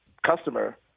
Customer